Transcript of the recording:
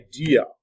idea